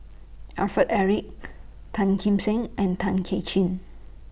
Alfred Eric Tan Kim Seng and Tay Kay Chin